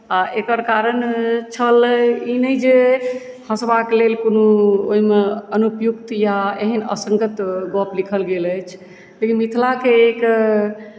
आओर एकर कारण छल ई नहि जे हँसबाक लेल कोनो ओहिमे अनुपयुक्त या एहेन असङ्गत गप लिखल गेल अछि लेकिन मिथिलाके एक